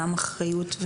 גם אחריות,